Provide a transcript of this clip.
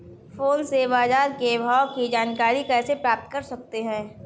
Phone से बाजार के भाव की जानकारी कैसे प्राप्त कर सकते हैं?